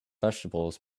vegetables